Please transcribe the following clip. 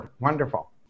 Wonderful